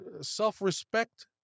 self-respect